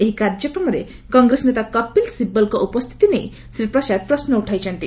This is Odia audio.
ଏହି କାର୍ଯ୍ୟକ୍ରମରେ କଂଗ୍ରେସ ନେତା କପିଲ ଶିବଲଙ୍କ ଉପସ୍ଥିତି ନେଇ ଶ୍ରୀ ପ୍ରସାଦ ପ୍ରଶ୍ନ ଉଠାଇଛନ୍ତି